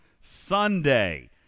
Sunday